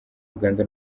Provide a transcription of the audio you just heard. uganda